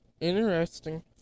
Interesting